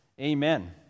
amen